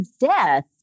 death